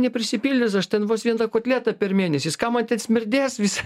neprisipildys aš ten vos vieną kotletą per mėnesį jis ką man ten smirdės visi